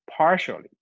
Partially